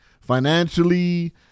financially